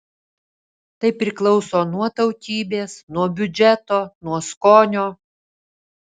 tai priklauso nuo tautybės nuo biudžeto nuo skonio